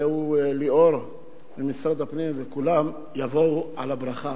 הרי הוא ליאור ממשרד הפנים, וכולם יבואו על הברכה.